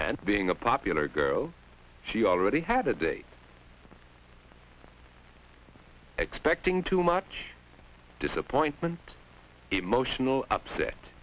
and being a popular girl she already had a date expecting too much disappointment emotional upset